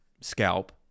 scalp